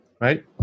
right